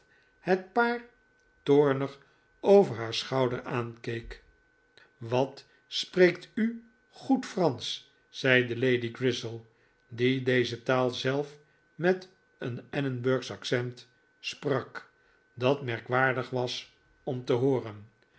het paar toornig over haar schouder aankeek wat spreekt u goed fransch zeide lady grizzel die deze taal zelf met een edinburgsch accent sprak dat merkwaardig was om te hooren